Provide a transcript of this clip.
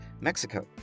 Mexico